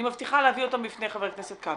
אני מבטיחה להביא אותם בפני חבר הכנסת כבל,